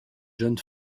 jeune